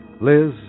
Liz